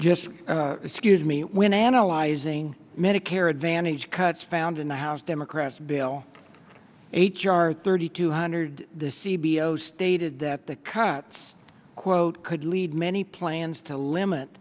scuse me when analyzing medicare advantage cuts found in the house democrats bill h r thirty two hundred the c b o's stated that the cuts quote could lead many plans to limit